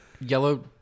yellow